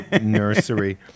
nursery